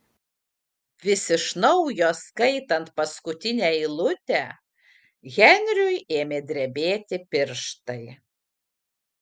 vis iš naujo skaitant paskutinę eilutę henriui ėmė drebėti pirštai